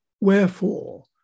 Wherefore